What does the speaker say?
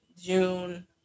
June